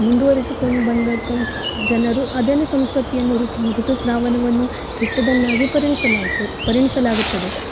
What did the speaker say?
ಮುಂದುವರಿಸಿಕೊಂಡು ಬಂದ ಸಂಸ್ಕ್ ಜನರು ಅದನ್ನೆ ಸಂಸ್ಕೃತಿ ಎನ್ನುರು ತುಮ್ ಋತುಸ್ರಾವನವನ್ನು ಕೆಟ್ಟದ್ದನ್ನ ಆಗಿ ಪರಿಣಿಸಲಾಯಿತು ಪರಿಗಣಿಸಲಾಗುತ್ತದೆ